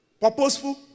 purposeful